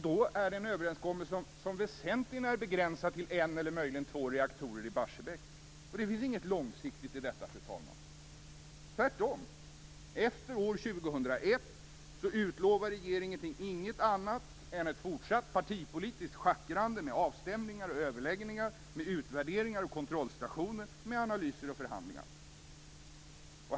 Det är en överenskommelse som väsentligen är begränsad till en eller möjligen två reaktorer i Barsebäck. Det finns inget långsiktigt i det, tvärtom. Efter år 2001 utlovar regeringen inget annat än ett fortsatt partipolitiskt schackrande med avstämningar och överläggningar, utvärderingar och kontrollstationer, analyser och förhandlingar.